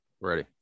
Ready